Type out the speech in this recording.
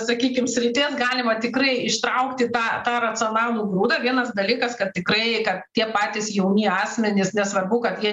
sakykim srities galima tikrai ištraukti tą tą racionalų grūdą vienas dalykas kad tikrai kad tie patys jauni asmenys nesvarbu kad jie